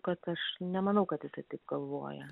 kad aš nemanau kad jisai taip galvoja